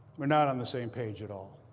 we're not on the same page at all.